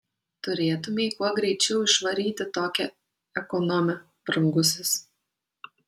turėtumei kuo greičiau išvaryti tokią ekonomę brangusis